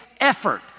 effort